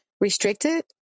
restricted